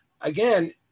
again